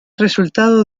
resultado